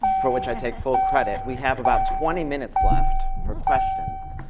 for which i take full credit, we have about twenty minutes left for questions.